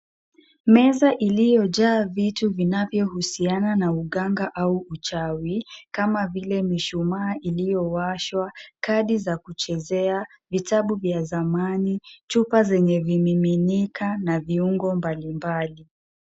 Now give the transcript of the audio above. Meza iliyojaa vitu vinavyohusiana na uganga au uchawi kama vile mishumaa iliyowashwa, kandi za kuchezea, vitabu vya zamani, chupa zenye vimiminika na viungo mbalimbali.